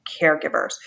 caregivers